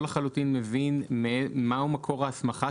אני לא לחלוטין מבין מהו מקור ההסמכה